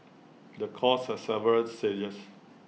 the course has several stages